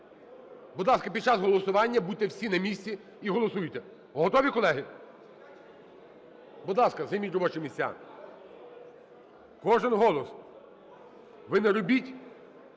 Будь ласка, під час голосування будьте всі на місці і голосуйте. Готові, колеги? Будь ласка, займіть робочі місця. Кожен голос. Ви не робіть